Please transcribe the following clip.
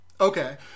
okay